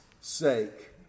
sake